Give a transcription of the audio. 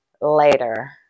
later